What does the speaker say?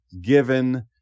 given